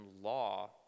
law